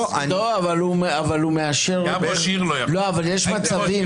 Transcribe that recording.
לא, אבל יש מצבים.